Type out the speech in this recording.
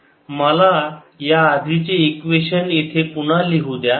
3I1I2RI203I13RI2010I13I220 V मला याआधीचे equation येथे पुन्हा लिहू द्या